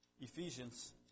Ephesians